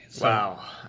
Wow